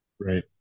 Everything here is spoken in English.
Right